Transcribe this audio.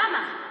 למה?